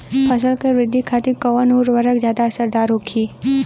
फसल के वृद्धि खातिन कवन उर्वरक ज्यादा असरदार होखि?